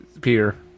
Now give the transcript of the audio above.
Peter